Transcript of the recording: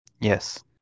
Yes